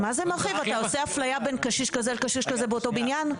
אתה עושה הפליה בין קשיש כזה לקשיש כזה באותו הבניין?